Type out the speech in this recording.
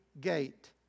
gate